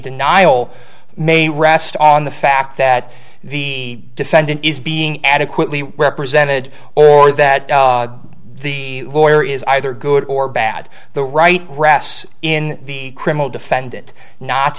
denial may rest on the fact that the defendant is being adequately represented or that the lawyer is either good or bad the right rests in the criminal defendant not